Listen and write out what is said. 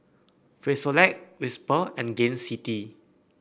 Frisolac Whisper and Gain City